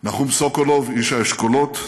נחום סוקולוב, איש האשכולות,